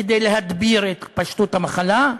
כדי להדביר את התפשטות המחלה.